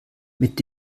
mit